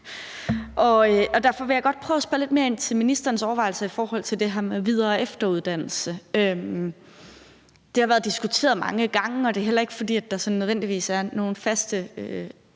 Derfor vil jeg godt prøve at spørge lidt mere ind til ministerens overvejelser i forhold til det her med videre- og efteruddannelse. Det har været diskuteret mange gange, og det er heller ikke, fordi der sådan nødvendigvis er nogen faste